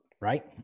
Right